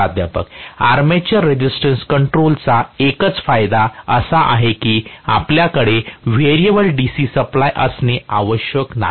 प्राध्यापक armature resistance कंट्रोलचा एकच फायदा असा आहे की आपल्याकडे व्हेरिएबल डीसी सप्लाई असणे आवश्यक नाही